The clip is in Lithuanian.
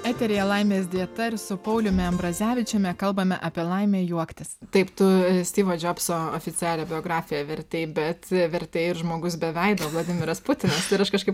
eteryje laimės dieta ir su pauliumi ambrazevičiumi kalbame apie laimę juoktis taip tu stivo džobso oficialią biografiją vertei bet vertei ir žmogus be veido vladimiras putinas ir aš kažkaip